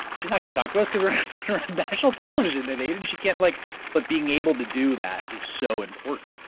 but she's not going to talk to us because we're on national television at eight and she can't. like but being able to do that is so important.